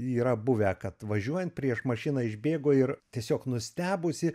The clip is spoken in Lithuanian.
yra buvę kad važiuojant prieš mašiną išbėgo ir tiesiog nustebusi